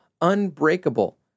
unbreakable